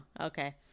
okay